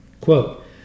Quote